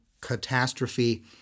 catastrophe